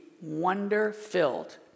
wonder-filled